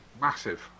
Massive